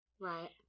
Right